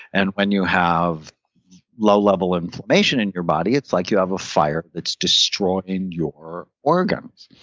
and when you have low-level inflammation in your body, it's like you have a fire that's destroying your organs.